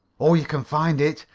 oh, you can find it.